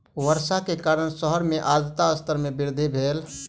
वर्षा के कारण शहर मे आर्द्रता स्तर मे वृद्धि भेल